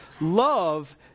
love